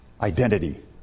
identity